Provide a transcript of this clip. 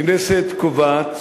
הכנסת קובעת